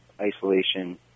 isolation